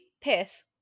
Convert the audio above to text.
Piss